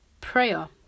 prayer